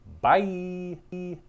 bye